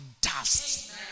dust